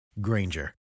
Granger